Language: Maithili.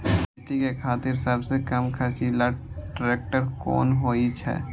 खेती के खातिर सबसे कम खर्चीला ट्रेक्टर कोन होई छै?